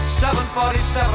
747